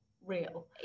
real